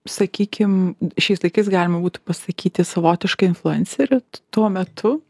sakykim šiais laikais galima būtų pasakyti savotiška influencerė tuo metu